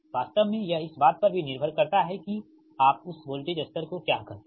वास्तव में यह इस बात पर भी निर्भर करता है कि आप उस वोल्टेज स्तर को क्या कहते हैं